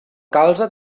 calze